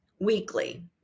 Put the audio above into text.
weekly